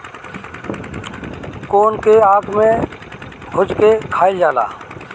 कोन के आगि में भुज के खाइल जाला